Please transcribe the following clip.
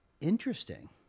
interesting